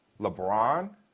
LeBron